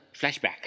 Flashback